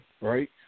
right